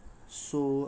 okay